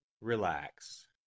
relax